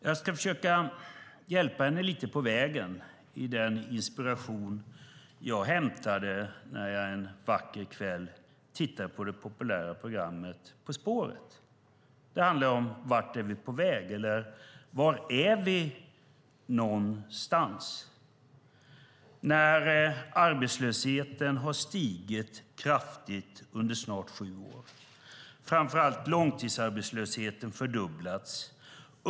Jag ska försöka hjälpa henne lite på vägen med den inspiration jag hämtade när jag en vacker kväll tittade på det populära programmet På spåret . Det handlar om vart vi är på väg. Var är vi när arbetslösheten har stigit kraftigt under snart sju år? Framför allt har långtidsarbetslösheten fördubblats.